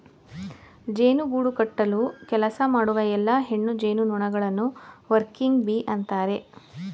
ಜೇನು ಗೂಡು ಕಟ್ಟಲು ಕೆಲಸ ಮಾಡುವ ಎಲ್ಲಾ ಹೆಣ್ಣು ಜೇನುನೊಣಗಳನ್ನು ವರ್ಕಿಂಗ್ ಬೀ ಅಂತರೆ